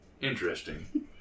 interesting